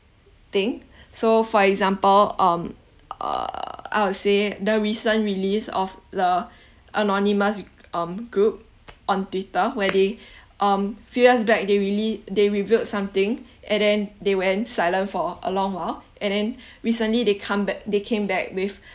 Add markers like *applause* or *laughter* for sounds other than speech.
thing so for example um uh I would say the recent release of the *breath* anonymous um group on twitter where they *breath* um few years back they relea~ they revealed something and then they went silent for a long while and then *breath* recently they come back they came back with